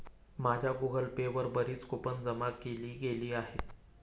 माझ्या Google Pay वर बरीच कूपन जमा केली गेली आहेत